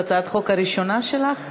תציג את הצעת החוק חברת הכנסת יוליה מלינובסקי.